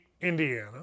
Indiana